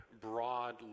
broad